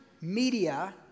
media